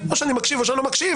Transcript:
או שאני מקשיב או שאני לא מקשיב,